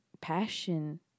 passion